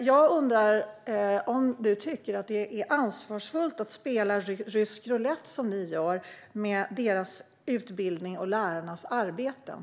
Tycker Caroline Helmersson Olsson att det är ansvarsfullt att spela rysk roulett, som ni gör, med deras utbildning och lärarnas arbeten?